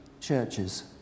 churches